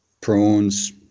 prawns